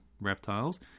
reptiles